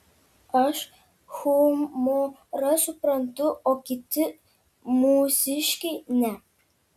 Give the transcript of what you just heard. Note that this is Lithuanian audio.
aš humorą suprantu o kiti mūsiškiai ne